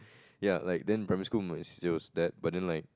ya like then primary school my C_C_A was that but then like